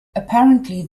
apparently